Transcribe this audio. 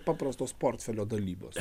paprastos portfelio dalybos